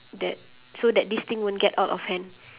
that so that this thing won't get out of hand